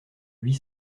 huit